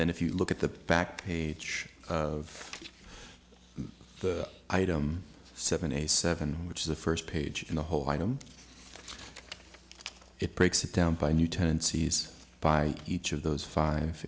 then if you look at the back page of the item seventy seven which is the first page in the whole item it breaks it down by new tendencies by each of those five